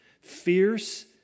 fierce